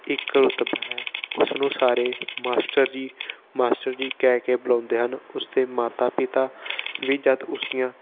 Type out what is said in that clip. ਇੱਕ ਰੁਤਬਾ ਹੈ ਉਸਨੂੰ ਸਾਰੇ ਮਾਸਟਰ ਜੀ ਮਾਸਟਰ ਜੀ ਕਹਿ ਕੇ ਬੁਲਾਉਂਦੇ ਹਨ ਉਸ ਦੇ ਮਾਤਾ ਪਿਤਾ ਵੀ ਜਦ ਉਸਦੀਆਂ